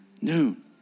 noon